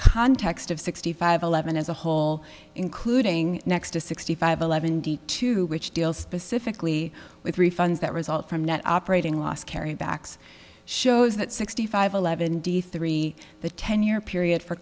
context of sixty five eleven as a whole including next to sixty five eleven d two which deals specifically with refunds that result from net operating loss carry backs shows that sixty five eleven d three the ten year period for